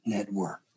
Network